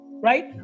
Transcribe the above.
Right